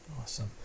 awesome